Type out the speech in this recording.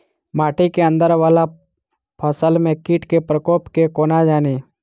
माटि केँ अंदर वला फसल मे कीट केँ प्रकोप केँ कोना जानि?